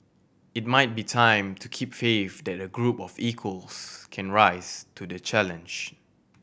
it might be time to keep faith that a group of equals can rise to the challenge